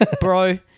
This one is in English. Bro